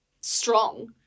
strong